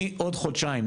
מעוד חודשיים,